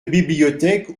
bibliothèque